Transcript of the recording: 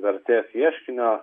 vertės ieškinio